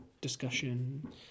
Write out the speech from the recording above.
discussion